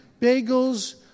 bagels